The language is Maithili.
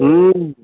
ह्म्म